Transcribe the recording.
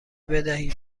بدهید